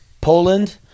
Poland